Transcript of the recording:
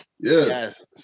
yes